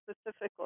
specifically